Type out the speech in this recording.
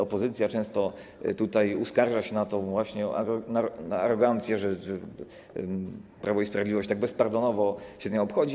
Opozycja często tutaj uskarża się właśnie na arogancję, na to, że Prawo i Sprawiedliwość tak bezpardonowo się z nią obchodzi.